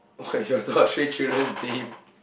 okay your top three children's name